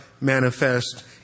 manifest